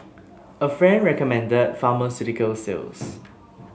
a friend recommended pharmaceutical sales